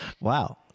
Wow